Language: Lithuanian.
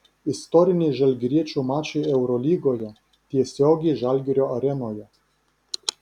istoriniai žalgiriečių mačai eurolygoje tiesiogiai žalgirio arenoje